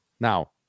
Now